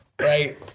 Right